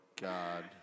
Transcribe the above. God